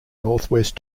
northwest